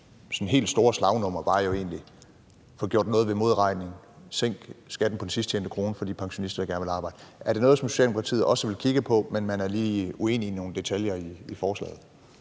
helt store slagnummer, var jo egentlig at få gjort noget ved modregning; sænk skatten på den sidsttjente krone for de pensionister, der gerne vil arbejde. Er det noget, som Socialdemokratiet også vil kigge på, men hvor man lige er lidt uenige i nogle detaljer i forslaget?